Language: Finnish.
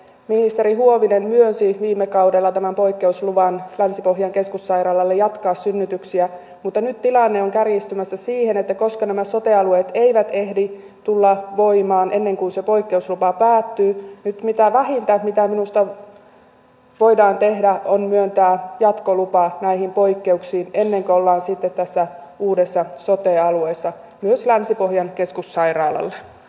ministeri huovinen myönsi viime kaudella poikkeusluvan länsi pohjan keskussairaalalle jatkaa synnytyksiä mutta nyt tilanne on kärjistymässä siihen että koska nämä sote alueet eivät ehdi tulla voimaan ennen kuin se poikkeuslupa päättyy niin nyt vähintä mitä minusta voidaan tehdä on myöntää jatkolupa näihin poikkeuksiin ennen kuin ollaan sitten tässä uudessa sote alueessa myös länsi pohjan keskussairaalalle